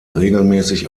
regelmäßig